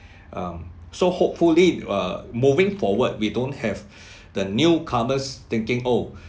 um so hopefully err moving forward we don't have the newcomers thinking oh